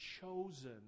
chosen